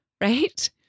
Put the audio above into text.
right